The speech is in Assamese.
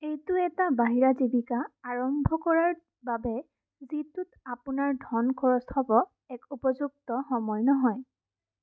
এইটো এটা বাহিৰা জিৱিকা আৰম্ভ কৰাৰ বাবে যিটোত আপোনাৰ ধন খৰচ হ'ব এক উপযুক্ত সময় নহয়